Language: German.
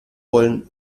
wollen